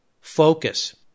focus